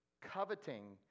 coveting